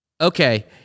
Okay